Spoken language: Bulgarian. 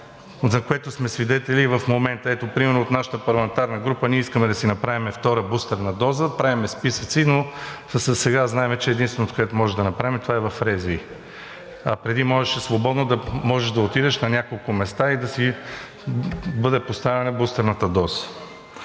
на което сме свидетели и в момента. Примерно, от нашата парламентарна група искаме да си направим втора бустерна доза – правим списъци, но засега знаем, че единственото, което можем да направим, това е в РЗИ, а преди можеше свободно да отидеш на няколко места и да ти бъде поставена бустерната доза.